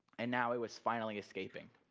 and now it was finally escaping.